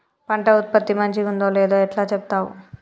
పంట ఉత్పత్తి మంచిగుందో లేదో ఎట్లా చెప్తవ్?